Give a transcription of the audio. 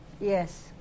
Yes